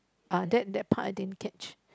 ah that that part I didn't catch